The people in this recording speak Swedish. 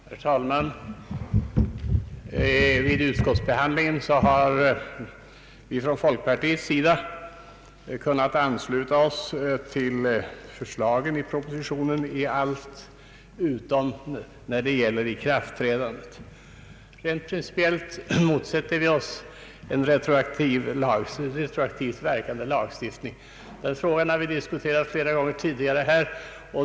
Herr talman! Vid utskottsbehandlingen har vi från folkpartiet kunnat ansluta oss till propositionens förslag i allt utom när det gäller ikraftträdandet. Rent principiellt motsätter vi oss en retroaktivt verkande lagstiftning. Den frågan har vi diskuterat här flera gånger tidigare.